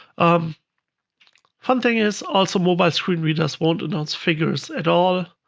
um one thing is also mobile screen readers won't announce figures at all,